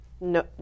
no